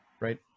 right